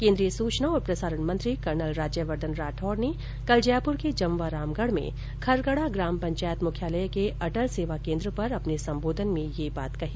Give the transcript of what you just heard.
केन्द्रीय सूचना और प्रसारण मंत्री कर्नल राज्यवर्द्वन राठौड़ ने कल जयपुर के जमवारामगढ़ में खरकड़ा ग्राम पंचायत मुख्यालय के अटल सेवा केन्द्र पर अपने संबोधन में ये बात कही